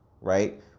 right